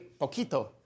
poquito